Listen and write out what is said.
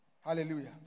Hallelujah